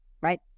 right